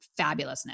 fabulousness